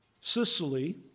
Sicily